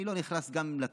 אני לא נכנס גם לתוכן,